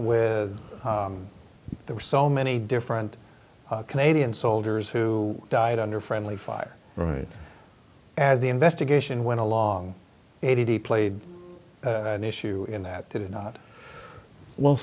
with there were so many different canadian soldiers who died under friendly fire right as the investigation went along and he played an issue in that did it not well